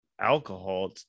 alcohol